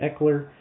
Eckler